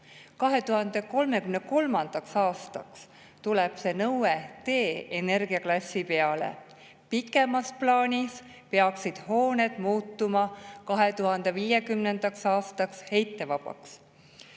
2033. aastaks tuleb see nõue D‑energiaklassi peale. Pikemas plaanis peaksid hooned muutuma 2050. aastaks heitevabaks.